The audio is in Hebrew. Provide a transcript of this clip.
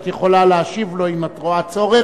את יכולה להשיב לו אם את רואה צורך,